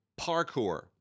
parkour